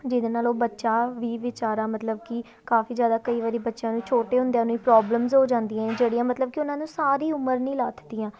ਜਿਹਦੇ ਨਾਲ ਉਹ ਬੱਚਾ ਵੀ ਬੇਚਾਰਾ ਮਤਲਬ ਕਿ ਕਾਫੀ ਜ਼ਿਆਦਾ ਕਈ ਵਾਰੀ ਬੱਚਿਆਂ ਨੂੰ ਛੋਟੇ ਹੁੰਦਿਆਂ ਨੂੰ ਪ੍ਰੋਬਲਮਸ ਹੋ ਜਾਂਦੀਆਂ ਹੈ ਜਿਹੜੀਆਂ ਮਤਲਬ ਕਿ ਉਹਨਾਂ ਨੂੰ ਸਾਰੀ ਉਮਰ ਨਹੀਂ ਲੱਥਦੀਆਂ